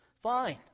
fine